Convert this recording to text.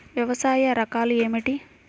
వ్యవసాయ రకాలు ఏమిటి?